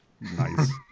Nice